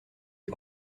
est